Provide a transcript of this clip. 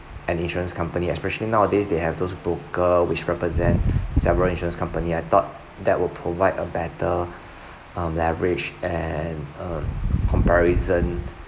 an insurance company especially nowadays they have those broker which represent several insurance company I thought that will provide a better um leverage and um comparison